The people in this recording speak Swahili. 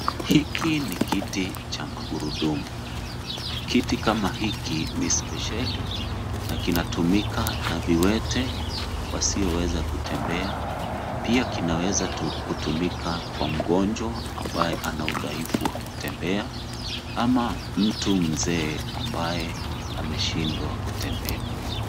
Hiki ni kiti cha magurudumu. Kiti kama hiki ni spesheli na kinatumika na viwete wasioweza kutembea. Pia kinaweza kutumika kwa mgonjwa ambaye ana udhaifu wa kutembea ama mtu mzee ambaye ameshindwa kutembea.